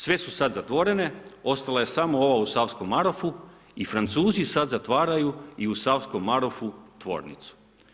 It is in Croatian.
Sve su sad zatvorene, ostala je samo ova u Savskom Marofu i Francuzi sad zatvaraju i u Savskom Marofu tvornicu.